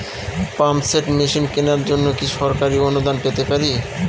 Pump set machine কেনার জন্য কি সরকারি অনুদান পেতে পারি?